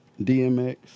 DMX